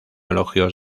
elogios